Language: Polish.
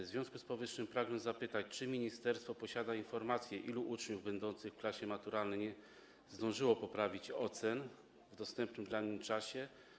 W związku z powyższym pragnę zapytać, czy ministerstwo posiada informacje, ilu uczniów będących w klasie maturalnej nie zdążyło poprawić ocen w dostępnym dla nich czasie.